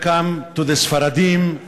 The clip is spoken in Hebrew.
Welcome to the ספרדים,